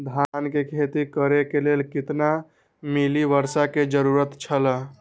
धान के खेती करे के लेल कितना मिली वर्षा के जरूरत छला?